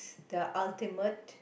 the ultimate